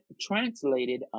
translated